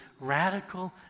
radical